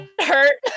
hurt